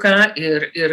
ką ir ir